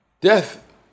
Death